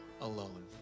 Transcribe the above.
alone